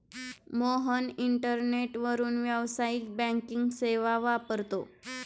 मोहन इंटरनेटवरून व्यावसायिक बँकिंग सेवा वापरतो